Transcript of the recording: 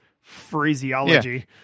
phraseology